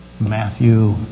Matthew